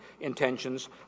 intentions